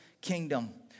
kingdom